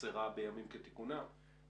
שחסרה בימים כתיקונם,